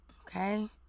Okay